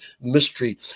mystery